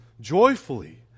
joyfully